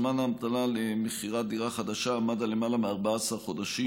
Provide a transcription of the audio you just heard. זמן ההמתנה למכירת דירה חדשה עמד על למעלה מ-14 חודשים.